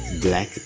black